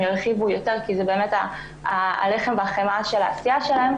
ירחיבו יותר כי זה באמת הלחם והחמאה של העשייה שלהם